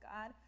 God